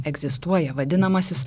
egzistuoja vadinamasis